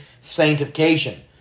sanctification